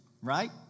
Right